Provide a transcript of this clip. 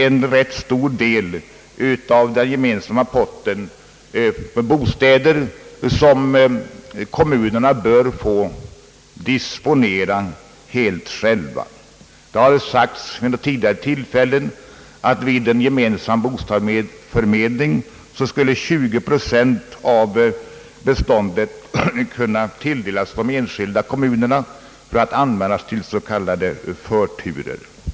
En rätt stor del av den gemensamma potten av bostäder bör därför kommunerna få disponera helt själva. Det har vid tidigare tillfällen anförts att vid ett system med en gemensam bostadsförmedling 20 procent av beståndet skulle kunna tilldelas de enskilda kommunerna för att användas till s.k. förturer.